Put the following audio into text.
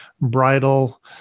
bridal